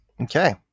Okay